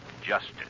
justice